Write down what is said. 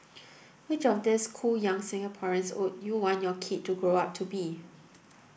which of these cool young Singaporeans would you want your kid to grow up to be